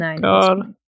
god